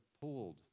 pulled